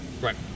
Right